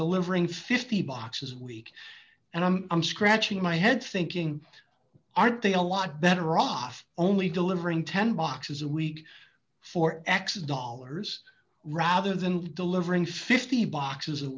delivering fifty boxes week and i'm i'm scratching my head thinking aren't they a lot better off only delivering ten boxes a week for x dollars rather than delivering fifty boxes a